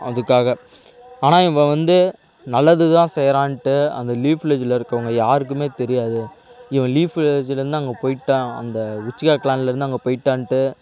அதுக்காக ஆனால் இவன் வந்து நல்லது தான் செய்கிறான்ட்டு அந்த லீஃப் வில்லேஜில் இருக்கவங்க யாருக்குமே தெரியாது இவன் லீஃப் வில்லேஜில் இருந்து அங்கே போயிட்டான் அந்த உச்சிகா க்ளான்லேருந்து அங்கே போயிட்டான்ட்டு